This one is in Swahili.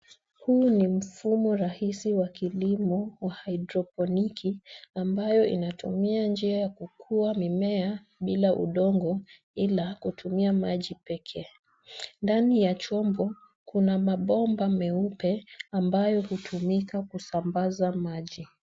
Huu ni mfumo rahisi wa kilimo wa hidroponiki ambayo inatumia njia ya kukua mimea bila udongo ila kutumia maji pekee. Ndani ya chombo, kuna mabomba meupe ambayo hutumika kusambaza maji.